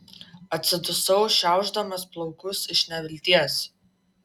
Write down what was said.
atsidusau šiaušdamas plaukus iš nevilties